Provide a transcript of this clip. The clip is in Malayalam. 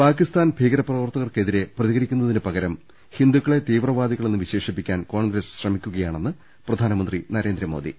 പാക്കിസ്ഥാൻ ഭീകര പ്രവർത്തകർക്കെതിരെ പ്രതികരിക്കുന്നതിന് പകരം ഹിന്ദുക്കളെ തീവ്രവാദികളെന്ന് വിശേഷിപ്പിക്കാൻ കോൺഗ്രസ് ശ്രമിക്കുകയാണെന്ന് പ്രധാനമന്ത്രി നരേന്ദ്ര മോദി